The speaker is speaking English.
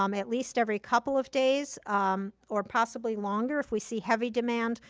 um at least every couple of days or possibly longer if we see heavy demand,